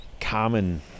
common